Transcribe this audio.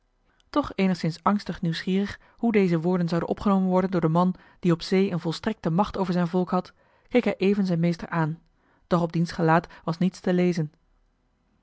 toch eenigszins angstig nieuwsgierig hoe deze woorden zouden opgenomen worden door den man die op zee een volstrekte macht over zijn volk had keek hij even zijn meester aan doch op diens gelaat was niets te lezen